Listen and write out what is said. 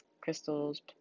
crystals